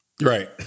Right